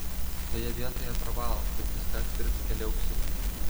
toje vietoje pravalas bet viską atpirks keli auksiukai